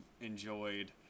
enjoyed